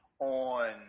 on